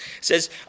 says